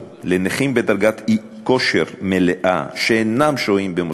לנכים בדרגת אי-כושר מלאה שאינם שוהים במוסד